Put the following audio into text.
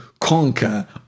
conquer